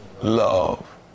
love